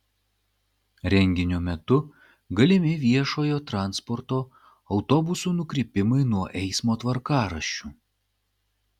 renginio metu galimi viešojo transporto autobusų nukrypimai nuo eismo tvarkaraščių